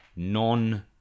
non